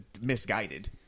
misguided